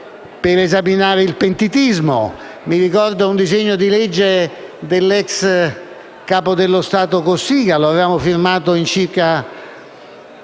per esaminare il pentitismo: ricordo un disegno di legge dell'ex capo dello Stato Cossiga, che avevamo firmato in circa